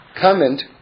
comment